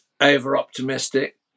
over-optimistic